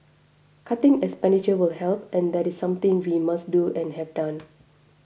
cutting expenditure will help and that is something we must do and have done